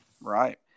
Right